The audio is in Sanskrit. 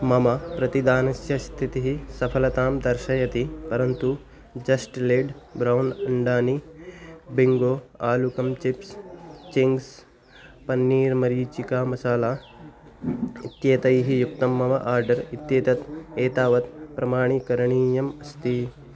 मम प्रतिदानस्य स्थितिः सफलतां दर्शयति परन्तु जस्ट् लेड् ब्रौन् अण्डानी बिङ्गो आलुकं चिप्स् चिङ्ग्स् पन्नीर् मरीचिका मसाला इत्येतैः युक्तं मम आर्डर् इत्येतत् एतावत् प्रमाणीकरणीयम् अस्ति